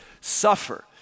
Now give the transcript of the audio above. suffer